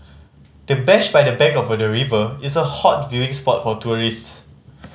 the bench by the bank of the river is a hot viewing spot for tourists